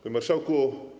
Panie Marszałku!